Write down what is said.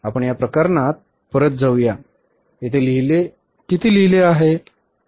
आपण या प्रकरणात परत जाऊ या येथे किती लिहिले आहे